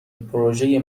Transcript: پروژه